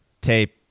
tape